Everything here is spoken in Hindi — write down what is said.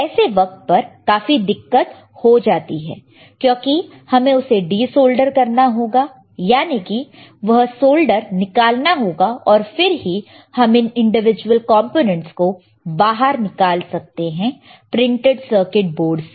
ऐसे वक्त पर वह काफी दिक्कत हो जाती है क्योंकि हमें उसे डीसोल्डर करना होगा यानी कि वह सोल्डर निकालना होगा और फिर ही हम इन इंडिविजुअल कंपोनेंट्स को बाहर निकाल सकते हैं प्रिंटेड सर्किट बोर्ड से